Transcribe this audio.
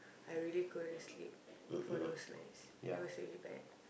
I really couldn't sleep for those nights it was really bad